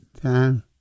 time